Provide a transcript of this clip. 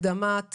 הקדמת